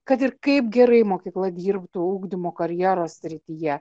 kad ir kaip gerai mokykla dirbtų ugdymo karjeros srityje